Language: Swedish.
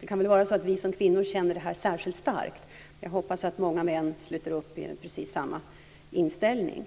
det kan väl vara så att vi som kvinnor känner detta särskilt starkt. Jag hoppas att många män har samma inställning.